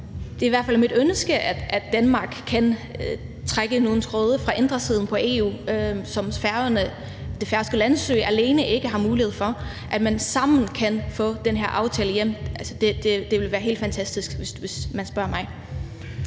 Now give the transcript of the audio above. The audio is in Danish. det er i hvert fald mit ønske, at Danmark kan trække i nogle tråde fra indersiden af EU, som det færøske landsstyre alene ikke har mulighed for, og at man sammen kan få den her aftale hjem. Altså, det ville være helt fantastisk, hvis man spørger mig.